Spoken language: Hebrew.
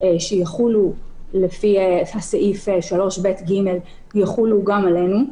שיחולו לפי סעיף 3ב(ג) יחולו גם עלינו.